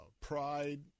pride